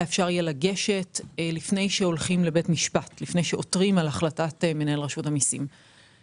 אפשר יהיה לגשת לפני שעותרים על החלטת מנהל רשות המסים לבית משפט,